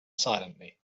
silently